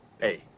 Hey